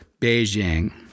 Beijing